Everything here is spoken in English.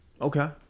Okay